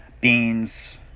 beans